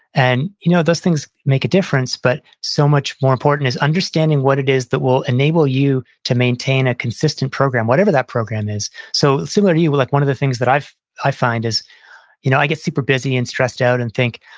and you know those things make a difference, but so much more important is understanding what it is that will enable you to maintain a consistent program whatever that program is so similar to you, like one of the things that i find is you know i get super busy and stressed out and think,